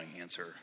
answer